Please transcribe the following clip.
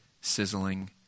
sizzling